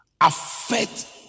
affect